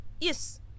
Yes